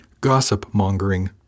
Gossip-mongering